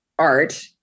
art